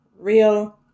real